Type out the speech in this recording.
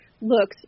looks